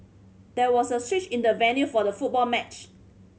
there was a switch in the venue for the football match